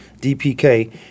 DPK